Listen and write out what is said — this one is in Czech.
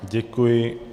Děkuji.